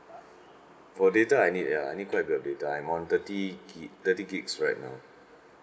for data I need ya I need quite a bit of data I'm on thirty gig thirty gigs right now